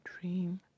dream